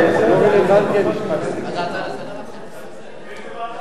שהגיש את הערר לממשלה לאחר שבפעם הראשונה,